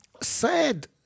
sad